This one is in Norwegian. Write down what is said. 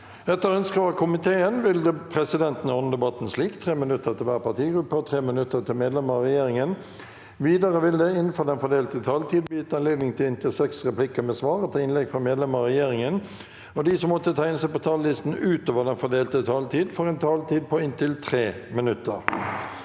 og konstitusjonskomiteen vil presidenten ordne debatten slik: 5 minutter til hver partigruppe og 5 minutter til medlemmer av regjeringen. Videre vil det – innenfor den fordelte taletid – bli gitt anledning til inntil seks replikker med svar etter innlegg fra medlemmer av regjeringen, og de som måtte tegne seg på talerlisten utover den fordelte taletid, får en taletid på inntil 3 minutter.